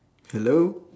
hello